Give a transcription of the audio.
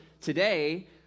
today